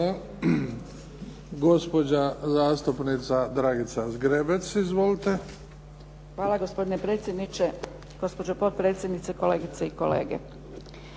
Hvala gospodine predsjedniče, gospođo potpredsjednice, kolegice i kolege.